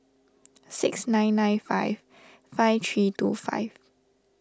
six nine nine five five three two five